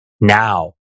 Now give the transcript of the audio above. now